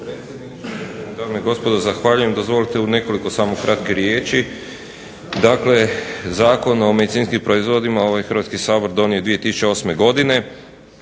dame i gospodo zahvaljujem. Dozvolite u nekoliko samo kratkih riječi. Dakle, Zakon o medicinskim proizvodima ovaj Hrvatski sabor donio je 2008. Godine.